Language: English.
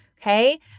Okay